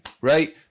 Right